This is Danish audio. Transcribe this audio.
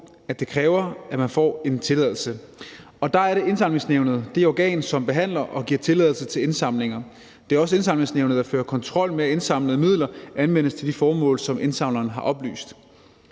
at det kræver, at man får en tilladelse. Og der er Indsamlingsnævnet det organ, som behandler og giver tilladelse til indsamlinger. Det er også Indsamlingsnævnet, der fører kontrol med, at indsamlede midler anvendes til de formål, som indsamleren har oplyst.